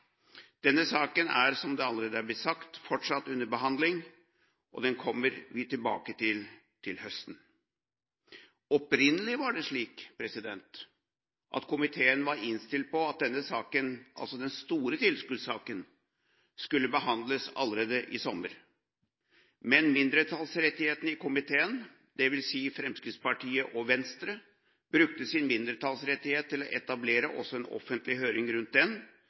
Denne saken er, som det allerede er blitt sagt, fortsatt under behandling, og den kommer vi tilbake til til høsten. Opprinnelig var det slik at komiteen var innstilt på at denne saken – altså den store tilskuddssaken – skulle behandles allerede i sommer, men mindretallet i komiteen, dvs. Fremskrittspartiet og Venstre, brukte sin mindretallsrettighet til å etablere også en offentlig høring rundt den,